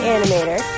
Animator